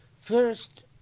first